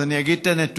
אז אני אגיד את הנתונים.